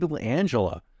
Angela